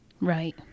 right